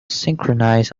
synchronize